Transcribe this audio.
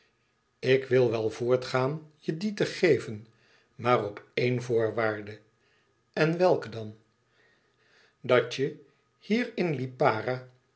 ik wil wel voortgaan je die te geven maar op één voorwaarde en welke dan dat je hier in lipara